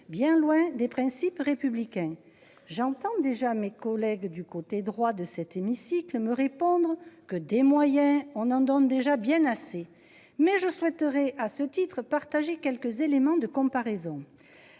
bien loin des principes républicains. J'entends déjà mes collègues du côté droit de cet hémicycle me répondre que des moyens on en donne déjà bien assez mais je souhaiterais à ce titre partagé quelques éléments de comparaison